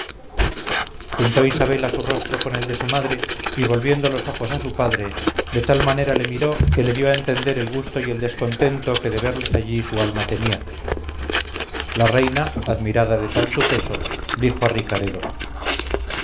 le bañaron juntó isabela su rostro con el de su madre y volviendo los ojos a su padre de tal manera le miró que le dio a entender el gusto y el descontento que de verlos allí su alma tenía la reina admirada de tal suceso dijo a ricaredo